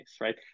right